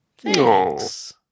thanks